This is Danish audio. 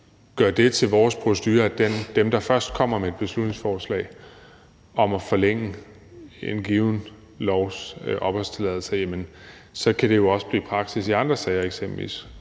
gør det til vores procedure, at dem, der først kommer med et beslutningsforslag om at forlænge opholdstilladelser efter en given lov, kan det jo også blive praksis i andre sager, eksempelvis